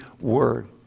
word